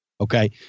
okay